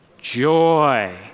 joy